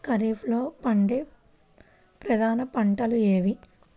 ఖరీఫ్లో పండే ప్రధాన పంటలు ఏవి?